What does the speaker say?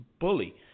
bully